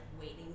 waiting